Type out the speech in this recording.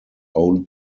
owned